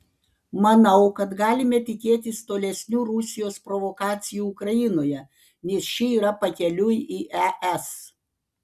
manau kad galime tikėtis tolesnių rusijos provokacijų ukrainoje nes ši yra pakeliui į es